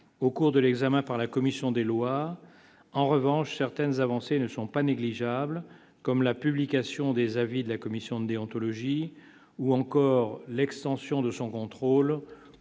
au cours de l'examen par la commission des lois, en revanche, certaines avancées ne sont pas négligeables, comme la publication des avis de la commission d'déontologie ou encore l'extension de son contrôle